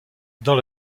dans